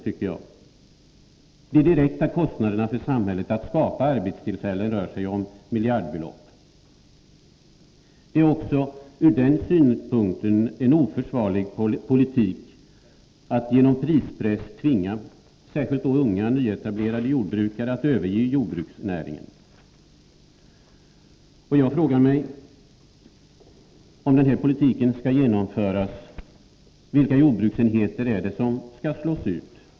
De direkta kostnaderna för samhället att skapa arbetstillfällen rör sig om miljardbelopp. Det är också ur denna synpunkt en oförsvarlig politik att genom prispress tvinga, särskilt då unga nyetablerade jordbrukare, att överge jordbruksnäringen. Om denna jordbrukspolitik skall genomföras frågar jag mig: Vilka jordbruksenheter skall slås ut?